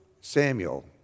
Samuel